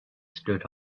stood